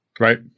Right